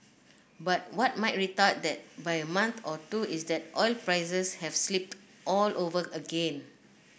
but what might retard that by a month or two is that oil prices have slipped all over again